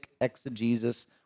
exegesis